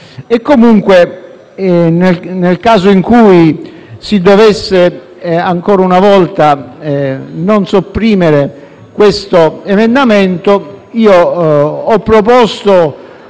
Comunque, nel caso in cui si dovesse ancora una volta non sopprimere questo riferimento, ho proposto,